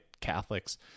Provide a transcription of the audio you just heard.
Catholics